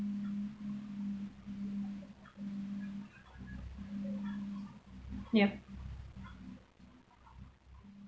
yup